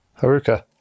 Haruka